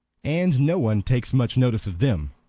and no one takes much notice of them.